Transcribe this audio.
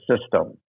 system